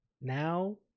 Now